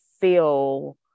feel